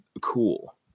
cool